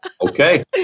Okay